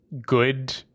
good